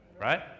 Right